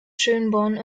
schönborn